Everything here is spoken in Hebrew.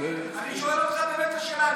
אני שואל אותך באמת את השאלה.